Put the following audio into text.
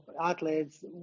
athletes